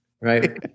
Right